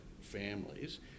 families